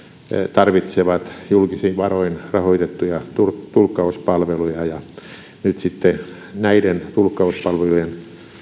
tarvitsevat julkisin varoin rahoitettuja tulkkauspalveluja mutta näiden tulkkauspalveluiden